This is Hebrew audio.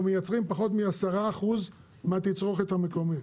אנחנו מייצרים פחות מעשרה אחוז מהתצרוכת המקומית,